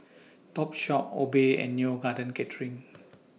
Topshop Obey and Neo Garden Catering